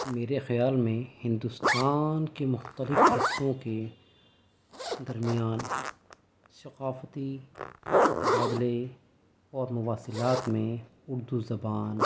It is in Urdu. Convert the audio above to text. میرے خیال میں ہندوستان کے مختلف حصوں کے درمیان ثقافتی تبادلے اور مواصلات میں اردو زبان